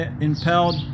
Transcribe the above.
impelled